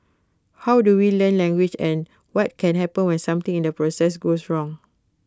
how do we learn language and what can happen when something in the process goes wrong